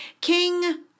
King